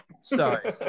Sorry